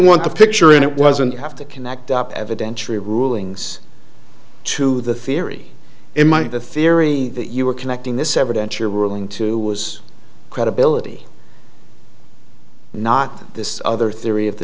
want the picture and it wasn't you have to connect up evidentiary rulings to the theory in might the theory that you are connecting this evidence you're willing to was credibility not this other theory of the